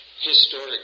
historic